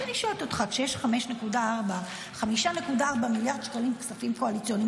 אז אני שואלת אותך: כשיש 5.4 מיליארד שקלים כספים קואליציוניים,